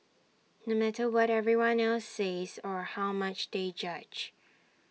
no matter what everyone else says or how much they judge